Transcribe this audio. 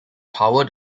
power